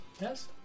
Yes